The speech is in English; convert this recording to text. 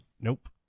Nope